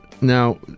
Now